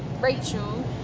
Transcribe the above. Rachel